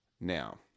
now